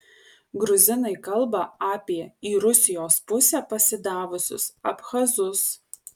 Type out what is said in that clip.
gruzinai kalba apie į rusijos pusę pasidavusius abchazus